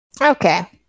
Okay